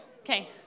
Okay